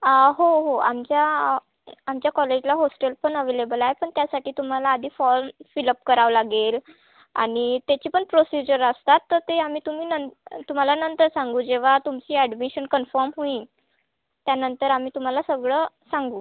हो हो आमच्या आमच्या कॉलेजला होस्टेल पण अव्हेलेबल आहे पण त्यासाठी तुम्हाला आधी फॉल्म फील अप करावं लागेल आणि त्याची पण प्रोसिजर असतात तर ते आम्ही तुम्ही नं तुम्हाला नंतर सांगू जेव्हा तुमची ऍडमिशन कन्फर्म होईल त्यानंतर आम्ही तुम्हाला सगळं सांगू